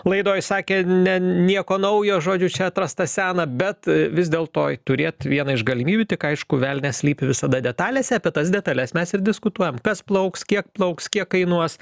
laidoj sakė ne nieko naujo žodžiu čia atrasta sena bet vis dėlto turėt vieną iš galimybių tik aišku velnias slypi visada detalėse apie tas detales mes ir diskutuojam kas plauks kiek plauks kiek kainuos